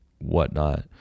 whatnot